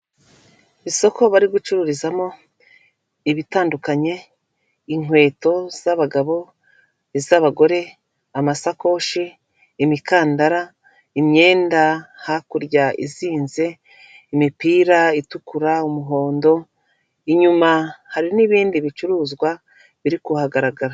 Isoko bari gucururizamo ibitandukanye, inkweto z'abagabo, iz'abagore, amasakoshi, imikandara, imyenda hakurya izinze, imipira itukura, umuhondo, inyuma hari n'ibindi bicuruzwa biri kuhagaragara.